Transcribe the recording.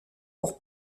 pour